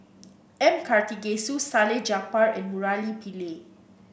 M Karthigesu Salleh Japar and Murali Pillai